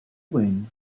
wind